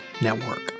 Network